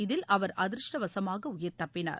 இதில் அவர் அதிர்ஷ்டவசமாக உயிர் தப்பினார்